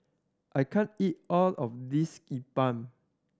I can't eat all of this E Bua